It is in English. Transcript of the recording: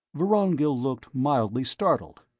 vorongil looked mildly startled.